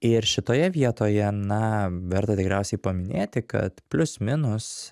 ir šitoje vietoje na verta tikriausiai paminėti kad plius minus